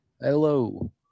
Hello